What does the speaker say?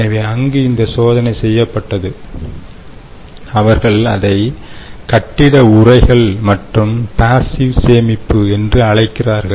எனவே அங்கு இந்த சோதனை செய்யப்பட்டது அவர்கள் அதை கட்டிட உறைகள் மற்றும் பாசிவ் சேமிப்பு என்று அழைக்கிறார்கள்